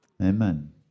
Amen